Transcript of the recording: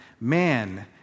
Man